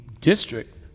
district